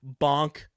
Bonk